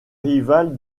rival